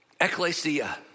ecclesia